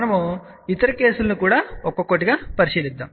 మనము ఇతర కేసులను కూడా ఒక్కొక్కటిగా పరిశీలిద్దాము